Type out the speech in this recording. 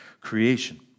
creation